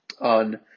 on